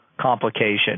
complication